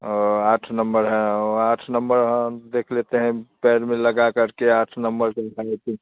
और आठ नंबर है और आठ नंबर हाँ देख लेते हैं पैर में लगा कर के आठ नंबर